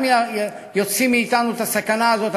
גם יוציא מאתנו את הסכנה הזאת,